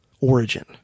origin